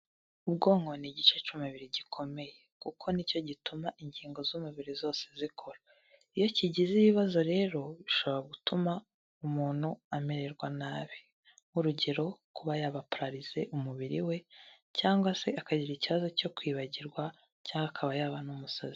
Ubwonko ni igice cy'umubiri gikomeye kuko ni cyo gituma ingingo z'umubiri zose zikora, iyo kigize ibibazo rero bishobora gutuma umuntu amererwa nabi, nk'urugero kuba yaba pararize umubiri we cyangwa se akagira ikibazo cyo kwibagirwa cyangwa akaba yaba n'umusazi.